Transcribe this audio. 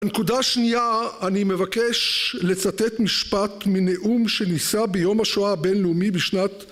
נקודה שנייה אני מבקש לצטט משפט מנאום שנישא ביום השואה הבינלאומי בשנת